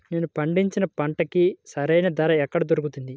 నేను పండించిన పంటకి సరైన ధర ఎక్కడ దొరుకుతుంది?